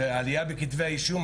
ועלייה בכתבי האישום.